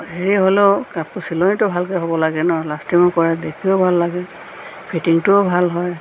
হেৰি হ'লও কাপোৰৰ চিলনিটো ভালকৈ হ'ব লাগে ন লাষ্টিঙো কৰে দেখিও ভাল লাগে ফিটিঙটোও ভাল হয়